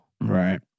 Right